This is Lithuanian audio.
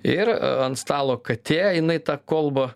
ir ant stalo katė jinai tą kolbą